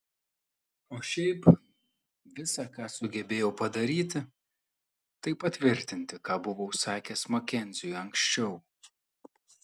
o šiaip visa ką sugebėjau padaryti tai patvirtinti ką buvau sakęs makenziui anksčiau